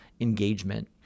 engagement